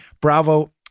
Bravo